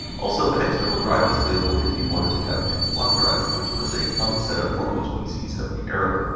also, an external drive was available if you wanted to have two floppy drives, which was a common setup for most pcs of the era.